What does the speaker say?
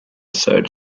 third